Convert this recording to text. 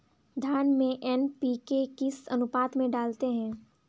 धान में एन.पी.के किस अनुपात में डालते हैं?